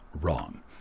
wrong